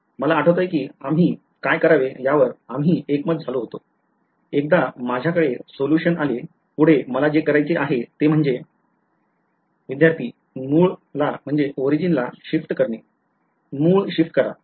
मला आठवतंय की आम्ही काय करावे यावर आम्ही एकमत झालो होतो एकदा माझ्याकडे सोल्युशन आले पुढे मला जे करायचे आहे ते म्हणजे विद्यार्थीः मूळला शिफ्ट करणे मूळ शिफ्ट करा